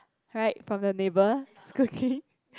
right from the neighbor's cooking